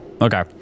Okay